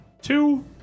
two